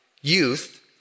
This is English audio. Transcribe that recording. youth